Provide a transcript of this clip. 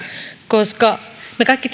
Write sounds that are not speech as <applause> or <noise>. koska me kaikki <unintelligible>